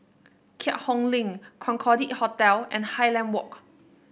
Keat Hong Link Concorde Hotel and Highland Walk